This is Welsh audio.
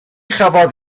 chafodd